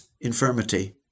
infirmity